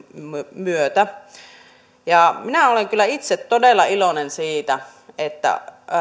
myötä minä olen kyllä itse todella iloinen siitä että